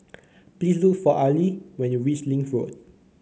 please look for Arley when you reach Link Road